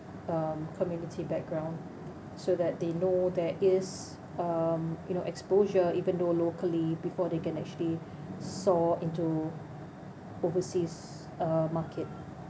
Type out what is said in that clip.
um community background so that they know that is um you know exposure even though locally before they can actually soar into overseas uh market